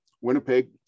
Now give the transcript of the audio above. Winnipeg